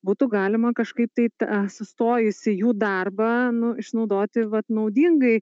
būtų galima kažkaip tai tą sustojusį jų darbą nu išnaudoti vat naudingai